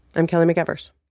i'm kelly mcevers